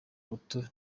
buto